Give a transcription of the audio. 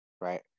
right